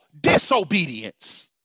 disobedience